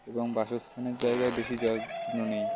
এবং বাসস্থানের জায়গায় বেশি যত্ন নিই